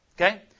Okay